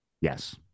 Yes